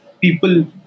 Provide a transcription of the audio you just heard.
people